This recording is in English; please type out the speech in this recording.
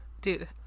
dude